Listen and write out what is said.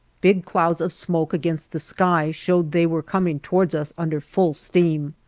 big clouds of smoke against the sky showed they were coming towards us under full steam.